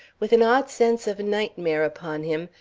with an odd sense of nightmare upon him,